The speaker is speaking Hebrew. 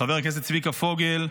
חבר הכנסת צביקה פוגל,